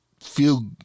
feel